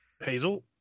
hazel